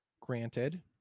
Granted